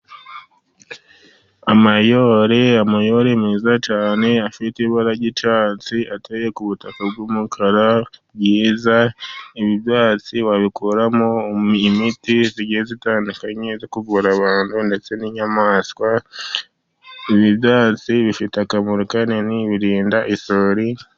Aamayore, amayori meza cyane, afite ibara ry'icyatsi, ateye ku butaka bw'umukara bwiza, ibi ibyatsi wabikuramo imiti igiye itandukanye, yo kuvura abantu, ndetse n'inyamaswa, ibi byatsi bifite akamaro kanini, birinda isuri.